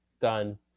Done